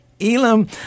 Elam